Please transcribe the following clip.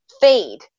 fade